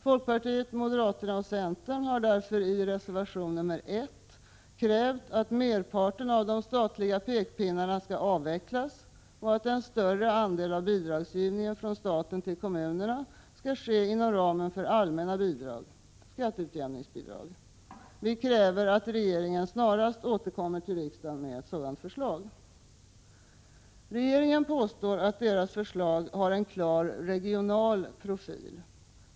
Folkpartiet, moderaterna och centern har därför i reservation 1 krävt att merparten av de statliga pekpinnarna skall avvecklas och att en större andel av bidragsgivningen från staten till kommunerna skall ske inom ramen för allmänna bidrag, skatteutjämningsbidrag. Vi kräver att regeringen snarast återkommer till riksdagen med ett sådant förslag. Regeringen påstår att dess förslag har en klar regional profil.